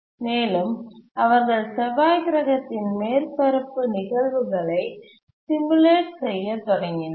மேலும் அவர்கள் செவ்வாய் கிரகத்தின் மேற்பரப்பு நிகழ்வுகளை சிமுலேட் செய்ய தொடங்கினர்